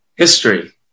history